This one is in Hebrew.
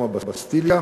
יום הבסטיליה,